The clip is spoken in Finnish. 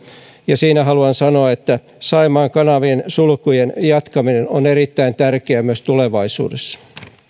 ja siinä haluan sanoa että saimaan kanavan sulkujen jatkaminen on erittäin tärkeää myös tulevaisuudessa